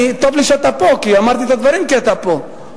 טוב לי שאתה פה, אמרתי את הדברים כי אתה פה,